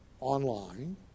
online